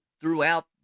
Throughout